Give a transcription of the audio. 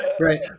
Right